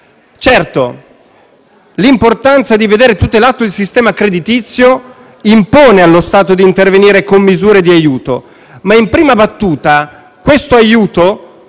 Certo, l'importanza di vedere tutelato il sistema creditizio impone allo Stato di intervenire con misure di aiuto ma, in prima battuta, questo aiuto